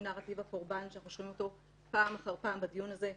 נרטיב הקורבן שאנחנו שומעים אותו פעם אחר פעם בדיון הזה,